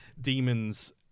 demons